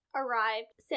arrived